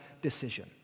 decision